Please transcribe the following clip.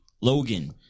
Logan